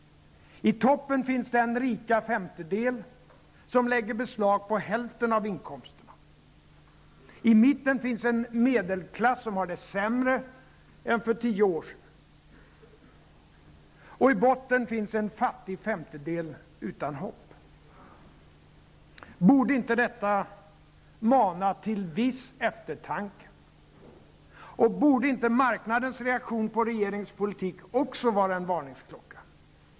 I toppen finns den rika femtedel som lägger beslag på hälften av inkomsterna. I mitten finns en medelklass som har det sämre i dag än för tio år sedan. Och i botten finns en fattig femtedel, utan hopp. Borde inte detta mana till viss eftertanke? Och borde inte marknadens reaktion på regeringens politik också vara en varningsklocka?